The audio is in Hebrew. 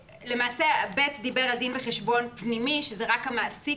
למעשה סעיף קטן (ב) דיבר על דין וחשבון פנימי שזה רק המעסיק